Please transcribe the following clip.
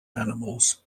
animals